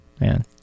man